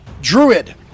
druid